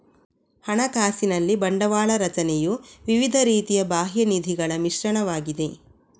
ಹಣಕಾಸಿನಲ್ಲಿ ಬಂಡವಾಳ ರಚನೆಯು ವಿವಿಧ ರೀತಿಯ ಬಾಹ್ಯ ನಿಧಿಗಳ ಮಿಶ್ರಣವಾಗಿದೆ